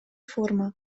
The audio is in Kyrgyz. форма